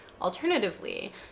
alternatively